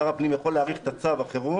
שר הפנים יכול להאריך את צו החירום.